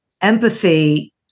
empathy